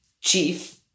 Chief